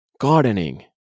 Gardening